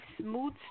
smooth